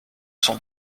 son